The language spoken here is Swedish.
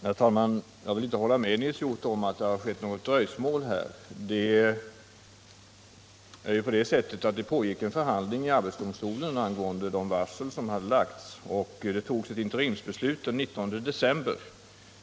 Herr talman! Jag vill inte hålla med Nils Hjorth om att något dröjsmål har förekommit här. En förhandling pågick i arbetsdomstolen angående de varsel som lagts. Ett interimsbeslut fattades den 19 december.